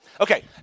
Okay